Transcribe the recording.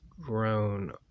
grown